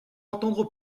entendre